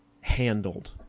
handled